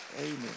amen